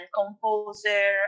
composer